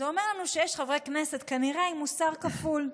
זה אומר לנו שיש חברי כנסת כנראה עם מוסר כפול.